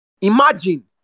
Imagine